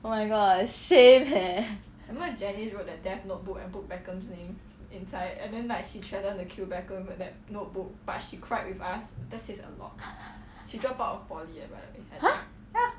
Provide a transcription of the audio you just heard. oh my god shame eh !huh!